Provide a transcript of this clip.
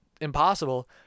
impossible